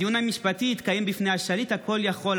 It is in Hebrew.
הדיון המשפטי התקיים בפני השליט הכול-יכול,